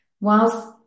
whilst